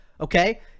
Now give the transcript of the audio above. Okay